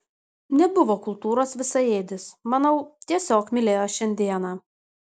nebuvo kultūros visaėdis manau tiesiog mylėjo šiandieną